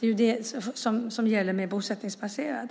Det är det som gäller med bosättningsbaserad